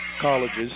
colleges